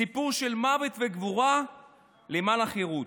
סיפור של מוות וגבורה למען החירות.